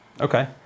Okay